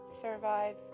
survive